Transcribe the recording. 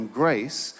grace